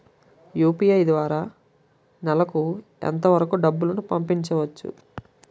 UPI ద్వారా నెలకు ఎంత వరకూ డబ్బులు పంపించవచ్చు?